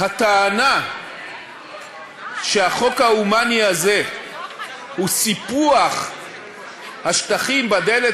הטענה שהחוק ההומני הזה הוא סיפוח השטחים בדלת